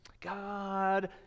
God